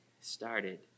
started